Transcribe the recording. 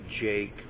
Jake